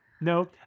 No